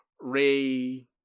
Ray